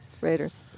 Raiders